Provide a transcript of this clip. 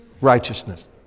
righteousness